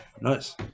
Nice